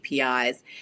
APIs